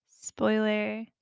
Spoiler